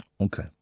Okay